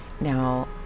Now